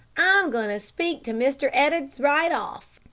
i'm goin' to speak to mr. ed'ards right off.